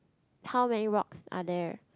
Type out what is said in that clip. how many rocks are there